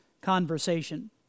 conversation